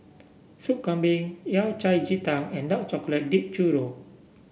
Soup Kambing Yao Cai Ji Tang and Dark Chocolate Dipped Churro